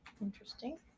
Interesting